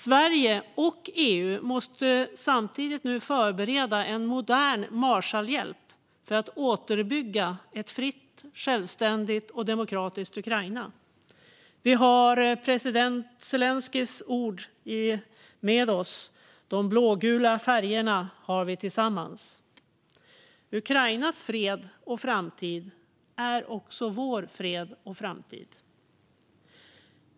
Sverige och EU måste samtidigt nu förbereda en modern Marshallhjälp för att återuppbygga ett fritt, självständigt och demokratiskt Ukraina. Vi har president Zelenskyjs ord med oss: De blågula färgerna har vi tillsammans. Ukrainas fred och framtid är också vår fred och framtid.